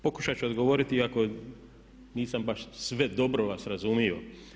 Pokušat ću odgovoriti iako nisam baš sve dobro vas razumio.